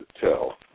tell